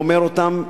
ואומר אותם,